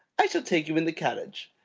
i shall take you in the carriage.